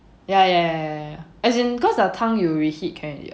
ya ya ya ya as in cause the 汤 you just reheat can already what